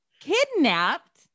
kidnapped